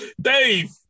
Dave